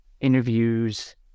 interviews